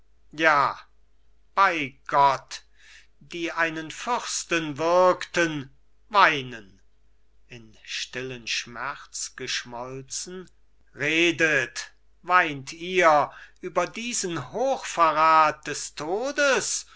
ja bei gott die einen fürsten würgten weinen in stillen schmerz geschmolzen redet weint ihr über diesen hochverrat des todes